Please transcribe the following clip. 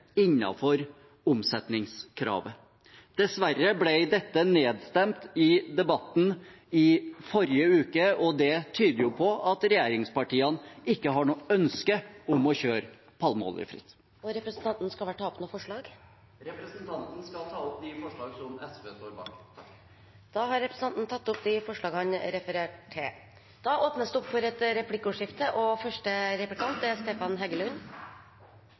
omsetningskravet. Dessverre ble dette nedstemt i debatten i forrige uke. Det tyder på at regjeringspartiene ikke har noe ønske om å kjøre palmeoljefritt. Jeg tar opp de forslagene som SV står bak som ikke allerede er tatt opp. Representanten Lars Haltbrekken har tatt opp de forslagene han refererte til. Det blir replikkordskifte. Jeg har lyst til å takke for